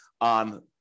on